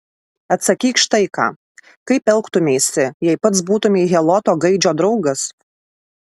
atsakyk štai ką kaip elgtumeisi jei pats būtumei heloto gaidžio draugas